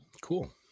Cool